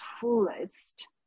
fullest